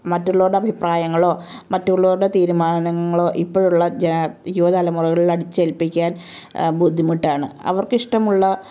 മറ്റുള്ളവരുടെ അഭിപ്രായങ്ങളോ മറ്റുള്ളവരുടെ തീരുമാനങ്ങളോ ഇപ്പോഴുള്ള ജാ യുവതലമുറകളിൽ അടിച്ചേൽപ്പിക്കാൻ ബുദ്ധിമുട്ടാണ് അവർക്കിഷ്ടമുള്ള